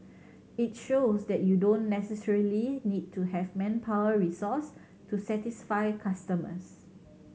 it shows that you don't necessarily need to have manpower resource to satisfy customers